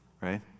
right